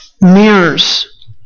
mirrors